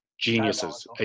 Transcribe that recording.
Geniuses